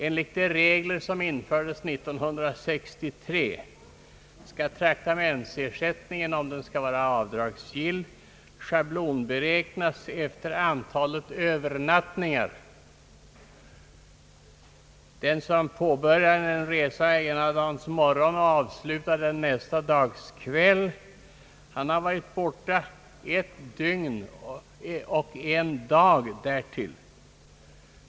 Enligt de regler som infördes 1963 skall traktamentsersättning, om den skall vara avdragsgill, schablonberäknas efter antalet övernattningar. Den som påbörjar en resa ena dagens morgon och avslutar den nästa dags kväll har varit borta ett dygn och en dag därtill.